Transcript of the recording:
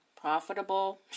profitable